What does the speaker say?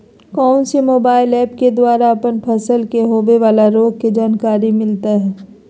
कौन सी mobile app के द्वारा अपन फसल के होबे बाला रोग के जानकारी मिलताय?